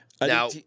Now